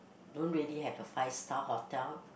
don't really have a five star hotel